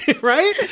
right